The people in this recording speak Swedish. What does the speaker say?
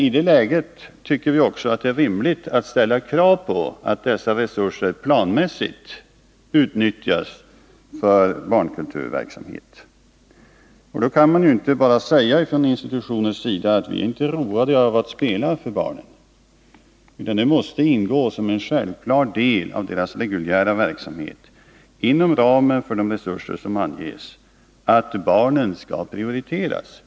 I det läget tycker vi också att det är rimligt att ställa krav på att dessa resurser planmässigt utnyttjas för barnkulturverksamhet. Då kan man från institutionens sida inte bara säga att den inte är road av att spela för barnen. Det måste ingå som en självklar del av den reguljära verksamheten, inom ramen för de resurser som finns, att barnen skall prioriteras.